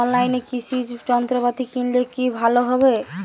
অনলাইনে কৃষি যন্ত্রপাতি কিনলে কি ভালো হবে?